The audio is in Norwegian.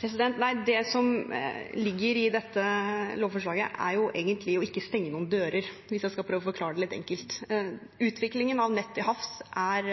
Det som ligger i dette lovforslaget, er egentlig å ikke stenge noen dører, hvis jeg skal prøve å forklare det litt enkelt. Utviklingen av nett til havs er